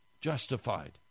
justified